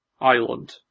island